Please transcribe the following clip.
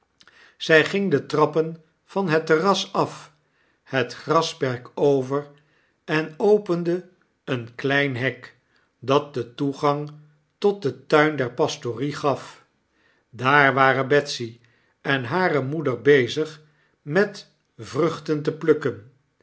zy ging de trappen van het terras af het grasperk overenopende een klein hek dat den toegang tot den tuin der pastorie gaf daar waren betsy en hare moeder bezig met vruchten te plukken